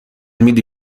میدی